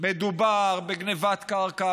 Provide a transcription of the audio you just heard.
מדובר בגנבת קרקע,